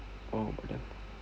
oh takde apa